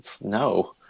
no